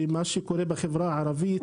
ועם מה שקורה בחברה הערבית,